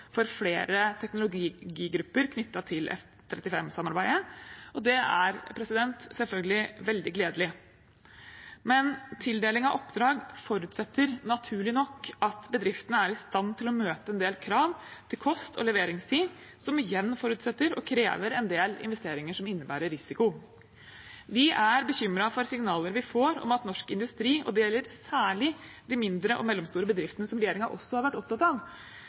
for flere teknologigrupper knyttet til F-35-samarbeidet, og det er selvfølgelig veldig gledelig. Men tildeling av oppdrag forutsetter naturlig nok at bedriftene er i stand til å møte en del krav til kost og leveringstid, som igjen forutsetter og krever en del investeringer som innebærer risiko. Vi er bekymret for signalene vi får om at norsk industri – og det gjelder særlig de mindre og mellomstore bedriftene som også regjeringen har vært opptatt av